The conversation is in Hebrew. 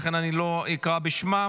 לכן אני לא אקרא בשמם.